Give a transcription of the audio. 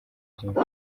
byinshi